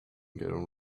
getting